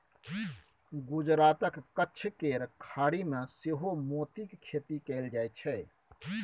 गुजरातक कच्छ केर खाड़ी मे सेहो मोतीक खेती कएल जाइत छै